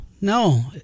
no